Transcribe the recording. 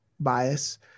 bias